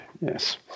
yes